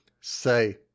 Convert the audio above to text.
say